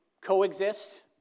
Coexist